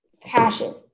passion